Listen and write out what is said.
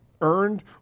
earned